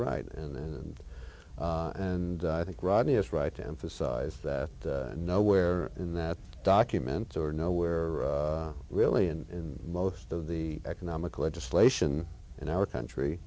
right and and i think rodney is right to emphasize that nowhere in that document or nowhere really in most of the economic legislation in our country